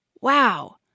Wow